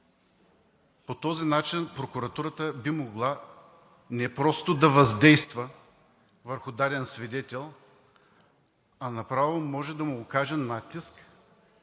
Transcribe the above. По този начин прокуратурата би могла не просто да въздейства върху даден свидетел, а направо може да му окаже натиск